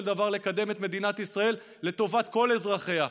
דבר לקדם את מדינת ישראל לטובת כל אזרחיה,